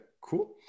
cool